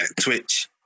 Twitch